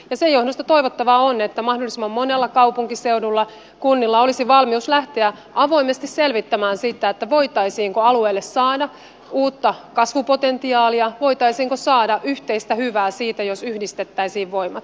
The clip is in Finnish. sen johdosta toivottavaa on että mahdollisimman monella kaupunkiseudulla kunnilla olisi valmius lähteä avoimesti selvittämään sitä voitaisiinko alueelle saada uutta kasvupotentiaalia voitaisiinko saada yhteistä hyvää siitä jos yhdistettäisiin voimat